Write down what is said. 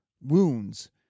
wounds